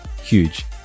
huge